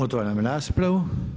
Otvaram raspravu.